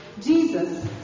Jesus